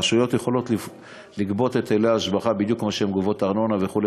הרשויות יכולות לגבות היטלי השבחה בדיוק כמו שהן גובות ארנונה וכו',